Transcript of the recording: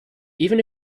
even